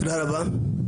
תודה רבה.